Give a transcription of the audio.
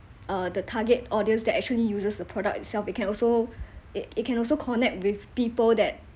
uh the target audience that actually uses the product itself it can also it it can also connect with people that